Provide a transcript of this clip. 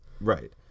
Right